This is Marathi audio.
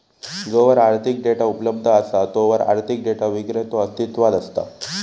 जोवर आर्थिक डेटा उपलब्ध असा तोवर आर्थिक डेटा विक्रेतो अस्तित्वात असता